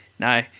No